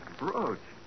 brooch